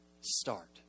start